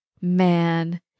man